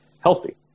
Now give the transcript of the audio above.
healthy